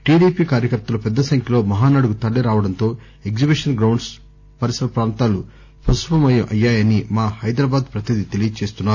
TDP కార్యకర్తలు పెద్దసంఖ్యలో మహానాడుకు తరలి రావడంతో ఎగ్షిబిషన్ గ్రౌండ్స్ పరిసర పాంతాలు పసుపుమయం అయ్యాయని మా హైదరాబాద్ పతినిధి తెలియజేస్తున్నారు